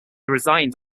resigned